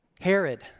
Herod